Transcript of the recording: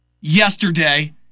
yesterday